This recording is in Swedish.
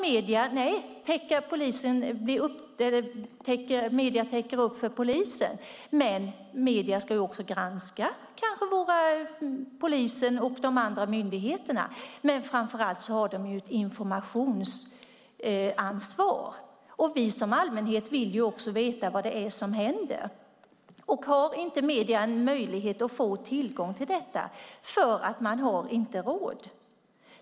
Medierna ska täcka upp för polisen, men medierna ska också granska polisen och de andra myndigheterna, och framför allt har de ett informationsansvar. Vi som allmänhet vill veta vad det är som händer. Men medierna har inte möjlighet att få tillgång till detta för att de inte har råd.